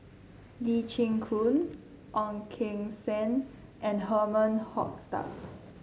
Lee Chin Koon Ong Keng Sen and Herman Hochstadt